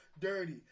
dirty